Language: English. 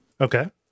Okay